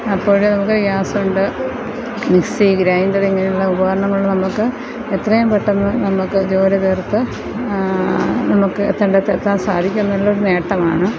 അപ്പോൾ നമുക്ക് ഗ്യാസുണ്ട് മിക്സി ഗ്രൈൻ്റർ ഇങ്ങനെയുള്ള ഉപകരണങ്ങൾ നമുക്ക് എത്രയും പെട്ടെന്ന് നമുക്ക് ജോലി തീർത്ത് നമുക്ക് എത്തേണ്ടിടത്ത് എത്താൻ സാധിക്കുമെന്നുള്ളത് ഒരു നേട്ടമാണ്